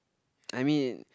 I mean